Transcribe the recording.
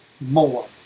more